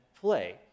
play